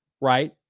right